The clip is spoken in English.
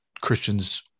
Christians